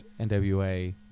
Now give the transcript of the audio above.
NWA